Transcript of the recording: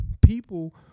People